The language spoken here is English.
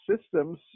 Systems